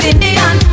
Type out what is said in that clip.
Indian